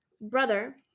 brother